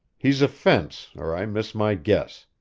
he's a fence, or i miss my guess.